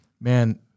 man